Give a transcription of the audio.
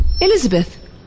Elizabeth